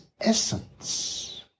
essence